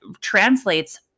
translates